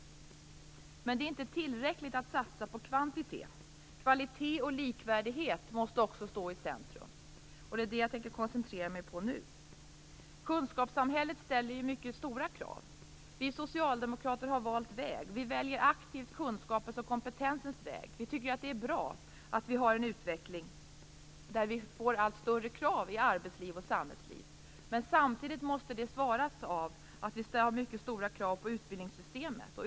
Men det är inte tillräckligt att satsa på kvantitet. Kvalitet och likvärdighet måste också stå i centrum. Det är det jag tänker koncentrera mig på nu. Kunskapssamhället ställer mycket stora krav. Vi socialdemokrater har valt väg. Vi väljer aktivt kunskapens och kompetensens väg. Vi tycker att det är bra att vi har en utveckling där kraven i arbetsliv och samhällsliv blir allt större. Samtidigt måste detta motsvaras av mycket stora krav på utbildningssystemet.